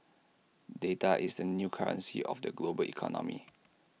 data is the new currency of the global economy